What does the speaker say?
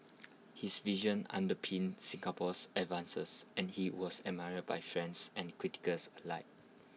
his vision underpinned Singapore's advances and he was admired by friends and critics alike